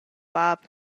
bab